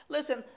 Listen